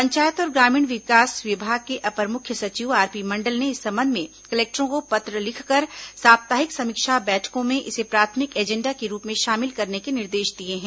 पंचायत और ग्रामीण विकास विभाग के अपर मुख्य सचिव आरपी मंडल ने इस संबंध में कलेक्टरों को पत्र लिखकर साप्ताहिक समीक्षा बैठकों में इसे प्राथमिक एजेंडा के रूप में शामिल करने के निर्देश दिए हैं